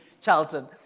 Charlton